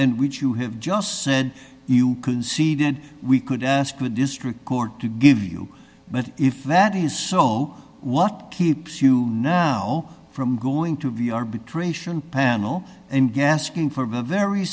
and which you have just said you could see then we could ask the district court to give you but if that is so what keeps you now from going to be arbitration panel and gaskin for